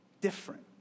different